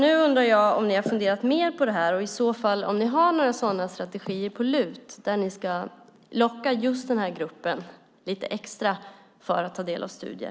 Nu undrar jag om ni har funderat mer på det här och i så fall om ni har några sådana strategier på lut som handlar om att locka just den här gruppen lite extra för att de ska ta del av studier.